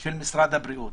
של משרד הבריאות,